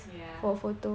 yeah